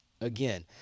again